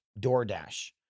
DoorDash